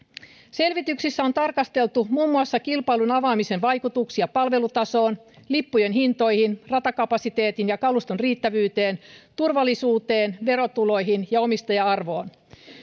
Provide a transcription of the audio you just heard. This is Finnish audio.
selvityksissä on tarkasteltu muun muassa kilpailun avaamisen vaikutuksia palvelutasoon lippujen hintoihin ratakapasiteetin ja kaluston riittävyyteen turvallisuuteen verotuloihin ja omistaja arvoon